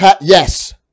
Yes